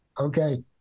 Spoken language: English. Okay